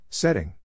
Setting